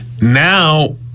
Now